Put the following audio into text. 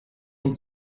und